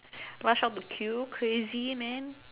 rush off to queue crazy man